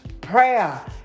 prayer